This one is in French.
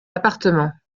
appartements